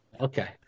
okay